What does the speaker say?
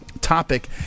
topic